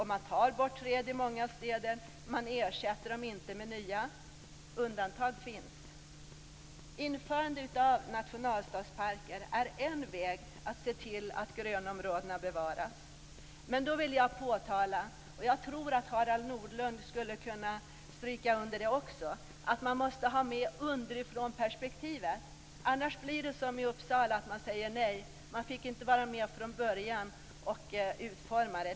Man tar bort träd i många städer, och man ersätter dem inte med nya. Undantag finns i och för sig. Införande av nationalstadsparker är en väg att se till att grönområdena bevaras. Men då vill jag påtala, och jag tror att också Harald Nordlund skulle kunna stryka under detta, att man måste ha med underifrånperspektivet. Annars blir det som i Uppsala, att man säger nej. Man fick inte vara med från början och utforma det.